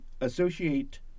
associate